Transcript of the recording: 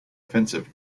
offensive